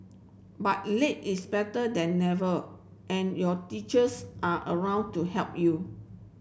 but late is better than never and your teachers are around to help you